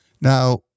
Now